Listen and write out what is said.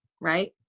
right